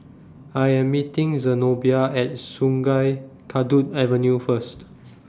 I Am meeting Zenobia At Sungei Kadut Avenue First